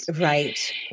Right